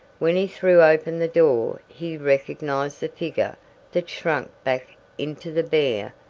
when he threw open the door he recognized the figure that shrank back into the bare,